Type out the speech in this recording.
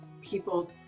people